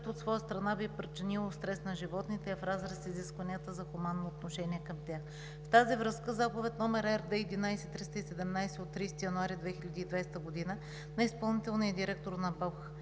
от своя страна, би причинило стрес на животните в разрез с изискванията за хуманно отношение към тях. В тази връзка Заповед № РД 11-317 от 30 януари 2020 г. на изпълнителния директор на БАБХ